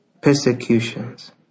Persecutions